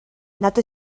nad